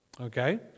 Okay